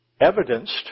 evidenced